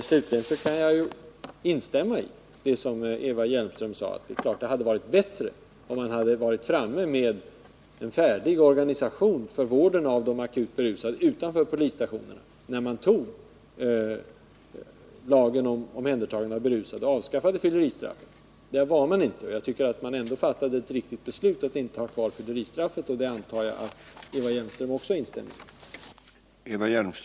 Slutligen kan jag instämma i Eva Hjelmströms konstaterande att det naturligtvis hade varit bättre, om man redan i samband med att lagen om omhändertagande av berusade antogs och fylleristraffet avskaffades hade lyckats få fram en färdig organisation för vård utanför polisstationerna av de akut berusade. En sådan organisation hade man inte fått fram, men jag tycker ändå att riksdagen fattade ett riktigt beslut när den bestämde sig för att inte behålla fylleristraffet. Jag antar att också Eva Hjelmström instämmer i det.